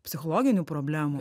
psichologinių problemų